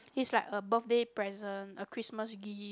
is like a birthday present a Christmas gift